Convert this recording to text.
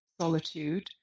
solitude